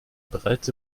bereits